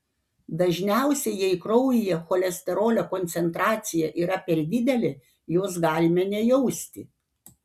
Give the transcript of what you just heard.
dažniausiai jei kraujyje cholesterolio koncentracija yra per didelė jos galime nejausti